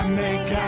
make